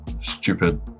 stupid